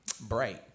bright